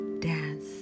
dance